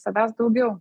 savęs daugiau